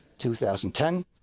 2010